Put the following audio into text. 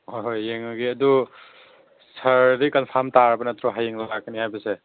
ꯍꯣꯏ ꯍꯣꯏ ꯌꯦꯡꯂꯒꯦ ꯑꯗꯨ ꯁꯥꯔꯗꯤ ꯀꯝꯐꯥꯝ ꯇꯥꯔꯕ ꯅꯠꯇ꯭ꯔꯣ ꯍꯌꯦꯡ ꯂꯥꯛꯀꯅꯤ ꯍꯥꯏꯕꯁꯦ